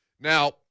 Now